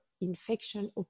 infection